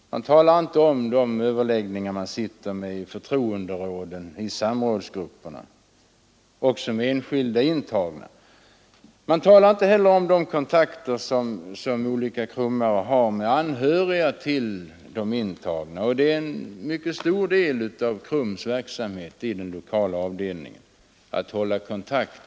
Man talar inte heller om överläggningarna i förtroenderåden och samrådsgrupperna och med enskilda intagna. Man talar vidare inte om de kontakter som olika KRUM-are har med anhöriga till de intagna, och det är en mycket stor och viktig del av de lokala KRUM-avdelningarnas verksamhet.